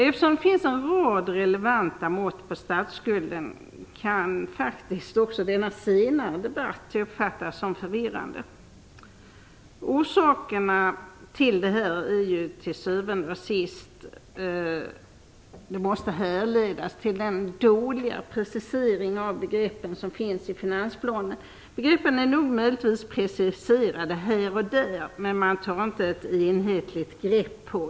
Eftersom det finns en rad relevanta mått på statsskulden kan också denna senare debatt faktiskt uppfattas som förvirrande. Orsakerna måste till syvende sist härledas till den dåliga preciseringen av begreppen i finansplanen. Begreppen är möjligen preciserade här och var, men man tar inget enhetligt grepp.